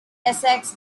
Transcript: essex